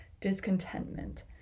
discontentment